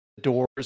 doors